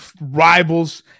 Rivals